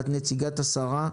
את נציגת השרה.